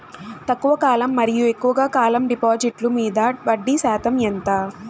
తక్కువ కాలం మరియు ఎక్కువగా కాలం డిపాజిట్లు మీద వడ్డీ శాతం ఎంత?